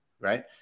right